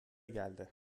geldi